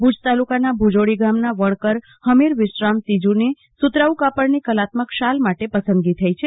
ભુજ તાલુકાના ભુજોડી ગામના વણકર હમીર વિશ્રામ સીજ઼ની સુતરાઉ કાપડની કલાત્મક શાલ માટે પસંદગી થઈ છે